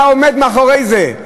מה עומד מאחורי זה?